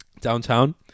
downtown